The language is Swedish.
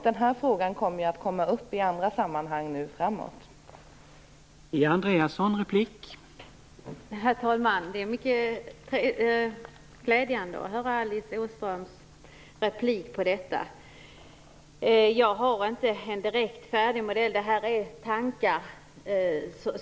Denna fråga kommer att tas upp i andra sammanhang i framtiden.